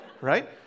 Right